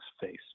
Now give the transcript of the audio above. face